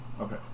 Okay